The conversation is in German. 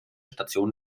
station